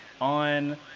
on